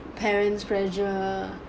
parents pressure